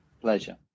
pleasure